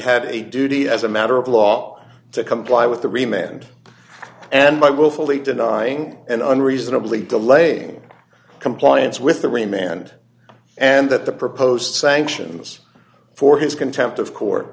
had a duty as a matter of law to comply with the remained and by willfully denying and unreasonably delaying compliance with the remained and that the proposed sanctions for his contempt of court